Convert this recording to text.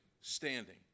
standing